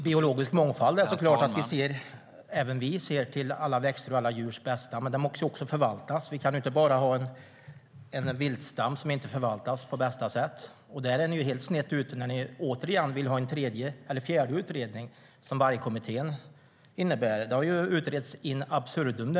Herr talman! Även vi vill alla växters och djurs bästa, men de måste också förvaltas. Vi kan inte ha en viltstam som inte förvaltas på bästa sätt. Ni är helt snett ute när ni vill ha en tredje eller fjärde utredning i Vargkommittén. Detta har utretts in absurdum.